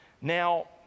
now